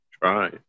try